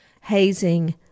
hazing